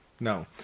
No